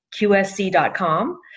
QSC.com